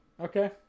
okay